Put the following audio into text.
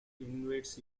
invades